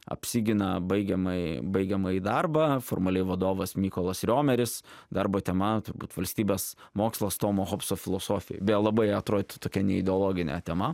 apsigina baigiamąjį baigiamąjį darbą formaliai vadovas mykolas riomeris darbo tema turbūt valstybės mokslas tomo hobso filosofijoj vėl labai atrodytų tokia neideologinė tema